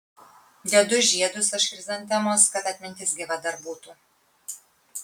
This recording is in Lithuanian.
dedu žiedus aš chrizantemos kad atmintis gyva dar būtų